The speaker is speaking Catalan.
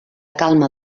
calma